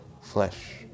flesh